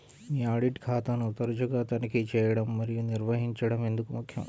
మీ audit ఖాతాను తరచుగా తనిఖీ చేయడం మరియు నిర్వహించడం ఎందుకు ముఖ్యం?